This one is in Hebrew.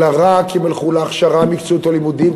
אלא רק אם ילכו להכשרה מקצועית או לימודים,